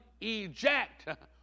eject